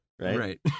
Right